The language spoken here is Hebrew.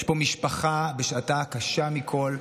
יש פה משפחה בשעתה הקשה מכול,